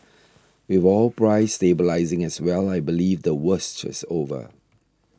with oil prices stabilising as well I believe the worst is over